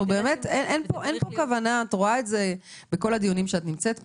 את רואה את זה בכל הדיונים שאת נמצאת פה,